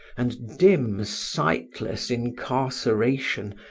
and dim sightless incarceration,